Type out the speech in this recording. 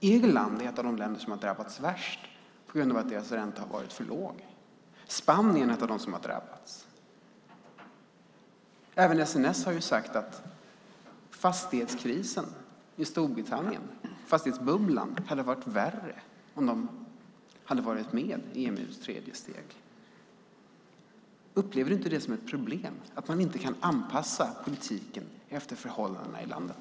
Irland är ett av de länder som drabbats hårdast eftersom deras ränta varit för låg. Också Spanien har drabbats. SNS har dessutom sagt att fastighetsbubblan i Storbritannien hade varit värre om de hade varit med i EMU:s tredje steg. Upplever inte Lars Elinderson det som ett problem att man inte kan anpassa politiken efter förhållandena i landet?